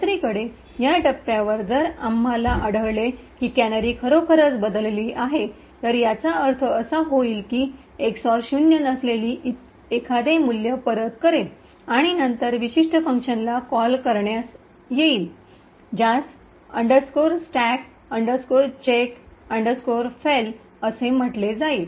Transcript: दुसरीकडे या टप्प्यावर जर आम्हाला आढळले की कॅनरी खरोखरच बदलली आहे तर याचा अर्थ असा होईल की एक्स ऑर शून्य नसलेली एखादे मूल्य परत करेल आणि नंतर विशिष्ट फंक्शनला कॉल येईल ज्यास stack check fail stack chk fail असे म्हटले जाईल